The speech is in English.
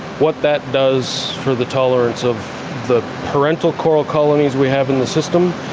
what that does for the tolerance of the parental coral colonies we have in the system,